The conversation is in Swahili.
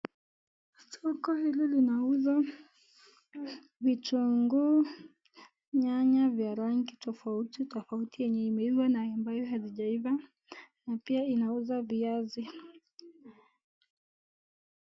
Duka hili linauza vitunguu nyanya ya rangi tafauti tafauti yenye imeivaa na ambo haijaivaa na pia inauza viavi.